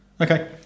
Okay